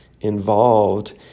involved